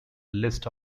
list